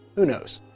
who knows.